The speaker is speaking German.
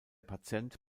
patient